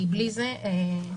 כי בלי זה מגן חינוך לא בתוקף.